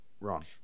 Wrong